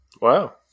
Wow